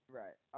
right